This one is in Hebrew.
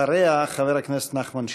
אחריה, חבר הכנסת נחמן שי.